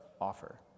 offer